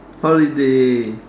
holiday